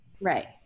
Right